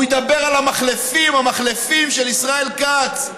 הוא ידבר על המחלפים, המחלפים של ישראל כץ.